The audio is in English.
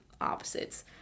opposites